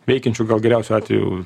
veikiančių gal geriausiu atveju